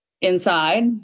Inside